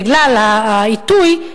בגלל העיתוי,